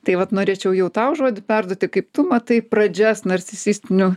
tai vat norėčiau jau tau žodį perduoti kaip tu matai pradžias narcisistinių